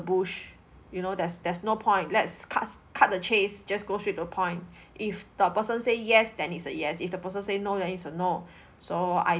bush you know there's there's no point let's cuts cut the chase just go straight to the point if the person say yes tell it's a yes if the person say no then it's a no so I